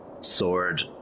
sword